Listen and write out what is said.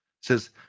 says